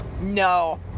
No